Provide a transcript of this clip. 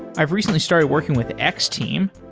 i've recently started working with x-team.